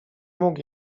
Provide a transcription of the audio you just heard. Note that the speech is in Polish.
mógł